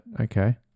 okay